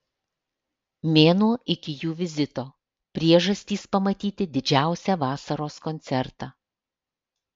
mėnuo iki jų vizito priežastys pamatyti didžiausią vasaros koncertą